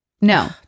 No